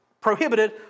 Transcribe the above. prohibited